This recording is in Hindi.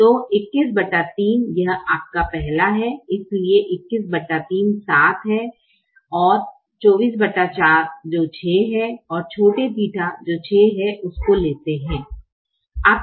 तो 213 यह आपका पहला है इसलिए 213 7 और 244 जो 6 है और छोटे θ Ɵ जो 6 है उसको लेते है